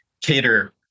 cater